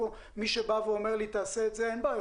מי שבא ואומר לי: תעשה את זה אין בעיה,